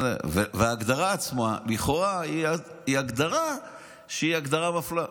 וההגדרה עצמה לכאורה היא הגדרה מפלה,